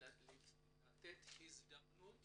לתת הזדמנות